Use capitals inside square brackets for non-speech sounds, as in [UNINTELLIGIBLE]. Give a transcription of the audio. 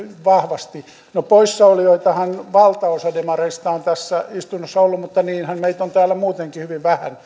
vahvasti no poissaolijoitahan valtaosa demareista on tässä istunnossa ollut mutta niinhän meitä on täällä muutenkin hyvin vähän [UNINTELLIGIBLE]